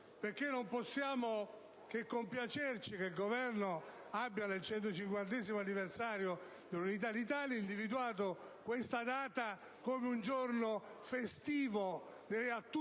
Non possiamo che compiacerci che il Governo, nel 150° anniversario dell'Unità d'Italia, abbia individuato questa data come un giorno festivo, direi a tutto